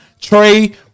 trey